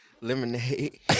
lemonade